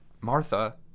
Martha